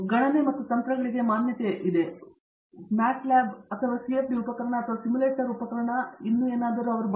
ನಂತರ ಗಣನೆ ಮತ್ತು ತಂತ್ರಗಳಿಗೆ ಮಾನ್ಯತೆ ಎಂಬ ವಿಷಯದಲ್ಲಿ MATLAB ಅಥವಾ CFD ಉಪಕರಣ ಅಥವಾ ಸಿಮ್ಯುಲೇಟರ್ ಉಪಕರಣ ಮತ್ತು ಇನ್ನೂ ಹೇಳೋಣ